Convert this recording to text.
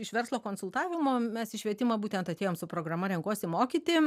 iš verslo konsultavimo mes į švietimą būtent atėjom su programa renkuosi mokyti